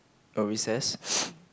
oh recess